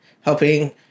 helping